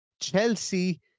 Chelsea